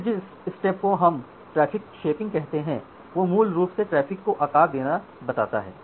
फिर जिस स्टेप को हम ट्रैफिक शेपिंग कहते हैं वोह मूल रूप से ट्रैफ़िक को आकार देना बताता है